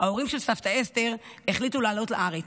ההורים של סבתא אסתר החליטו לעלות לארץ,